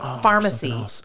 pharmacy